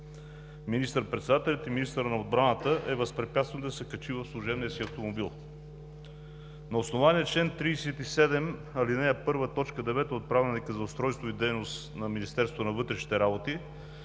министър-председателят и министър на отбраната е възпрепятстван да се качи в служебния си автомобил. На основание чл. 37, ал. 1, т. 9 от Правилника за устройството и дейността на Министерството на вътрешните работи